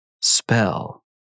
spell